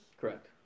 correct